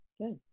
good